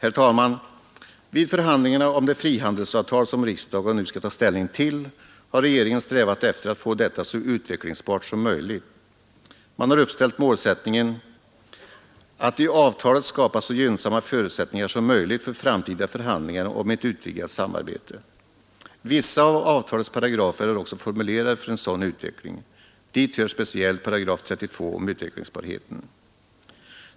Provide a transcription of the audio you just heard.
Herr talman! Vid förhandlingarna om det frihandelsavtal som riksdagen nu skall ta ställning till har regeringen strävat att få detta så utvecklingsbart som möjligt. Man har uppställt målsättningen att i avtalet skapa så gynnsamma förutsättningar som möjligt för framtida förhandlingar om ett utvidgat samarbete. Vissa av avtalets artiklar är också formulerade för en sådan utveckling. Dit hör speciellt artikel 32 om utvecklingsbarheten.